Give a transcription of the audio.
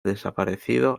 desaparecido